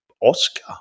Oscar